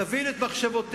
תבין את מחשבותיה,